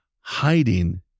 Hiding